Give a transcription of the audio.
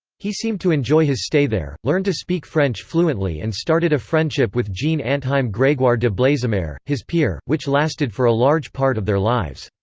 he seemed to enjoy his stay there, learned to speak french fluently and started a friendship with jean anthime gregoire de blesimaire, his peer, which lasted for a large part of their lives.